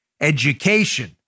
Education